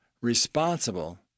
responsible